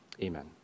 Amen